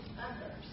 others